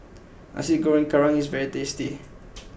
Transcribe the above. Nasi Goreng Kerang is very tasty